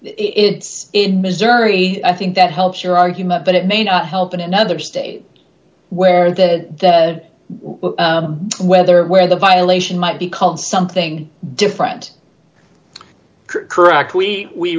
it's in missouri i think that helps your argument but it may not help in another state where the weather where the violation might be called something different correct we